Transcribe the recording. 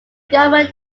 government